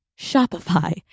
Shopify